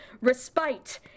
Respite